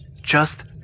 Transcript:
Just